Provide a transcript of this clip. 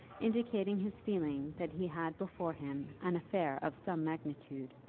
indicating his feeling that he had before him an affair of some magnitude,